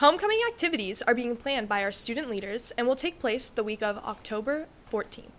homecoming activities are being planned by our student leaders and will take place the week of october fourteen